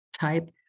type